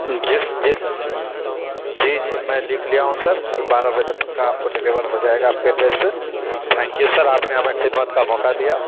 جی sir جی جی میں لکھ لیا ہوں سر کل بارہ بجے پکا آپ کو ڈیلیور ہو جائے گا آپ کے ایڈریس پہ تھینک یو سر آپ نے ہمیں خدمت کا موقع دیا